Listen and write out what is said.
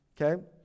Okay